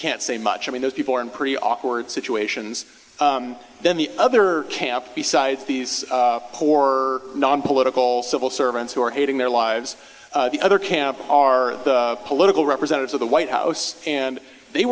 can't say much i mean those people are in pretty awkward situations then the other camp besides these poorer nonpolitical civil servants who are hating their lives the other camp are the political representatives of the white house and they